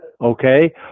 okay